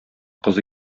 кызы